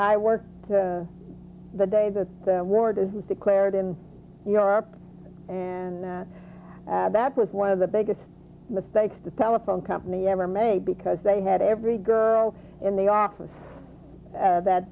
i worked to the day that the word is was declared in europe and that that was one of the biggest mistakes the telephone company ever made because they had every girl in the office that